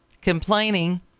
complaining